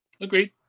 Agreed